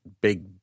big